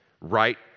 right